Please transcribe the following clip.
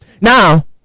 now